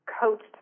coached